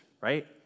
Right